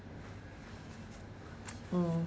mm